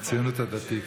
הציונות הדתית.